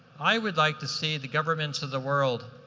i would like to see the governments of the world